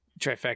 trifecta